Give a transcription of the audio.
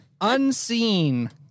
unseen